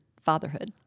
fatherhood